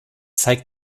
zeigt